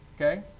Okay